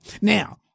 Now